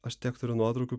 aš tiek turiu nuotraukų